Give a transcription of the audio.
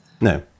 No